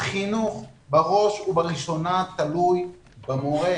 שהחינוך בראש ובראשונה תלוי במורה.